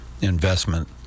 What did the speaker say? investment